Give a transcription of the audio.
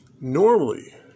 Normally